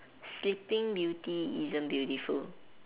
sleeping beauty isn't beautiful